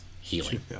healing